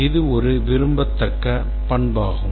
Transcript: இது ஒரு விரும்பத்தக்க பண்பாகும்